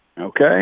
Okay